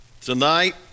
Tonight